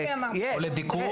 או לדיקור,